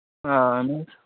اَہَن حظ